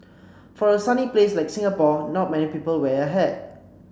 for a sunny place like Singapore not many people wear a hat